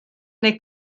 neu